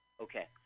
okay